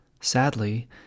Sadly